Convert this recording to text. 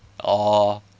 oh